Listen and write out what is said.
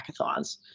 hackathons